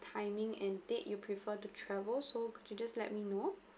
timing and date you prefer to travel so could you just let me know